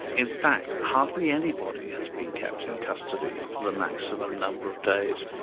in fact hardly anybody has been kept in custody for the maximum number of days.